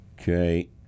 Okay